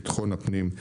ביטחון הפנים,